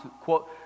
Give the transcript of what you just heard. quote